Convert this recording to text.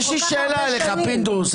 תגיד, יש לי שאלה אליך, פינדרוס.